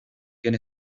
quién